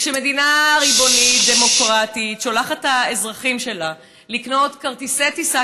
כשמדינה ריבונית דמוקרטית שולחת את האזרחים שלה לקנות כרטיסי טיסה